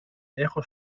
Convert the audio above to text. έχω